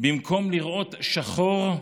במקום לראות שחור,